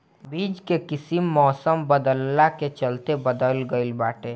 बीज कअ किस्म मौसम बदलला के चलते बदल गइल बाटे